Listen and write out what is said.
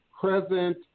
present